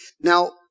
Now